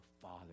Father